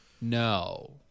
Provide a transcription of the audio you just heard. no